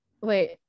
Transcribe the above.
Wait